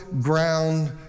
ground